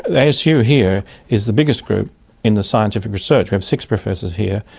asu here is the biggest group in the scientific research, we have six professors here,